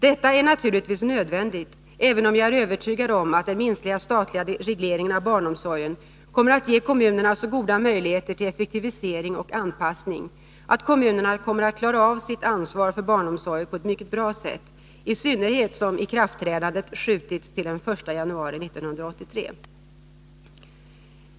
Detta är naturligtvis nödvändigt, även om jag är övertygad om att den minskade statliga regleringen av barnomsorgen kommer att ge kommunerna så goda möjligheter till effektivisering och anpassning att kommunerna kommer att klara av sitt ansvar för barnomsorgen på ett mycket bra sätt, i synnerhet som ikraftträdandet skjutits till den 1 januari 1983.